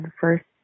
first